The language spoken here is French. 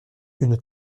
une